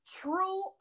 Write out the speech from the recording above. True